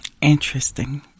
Interesting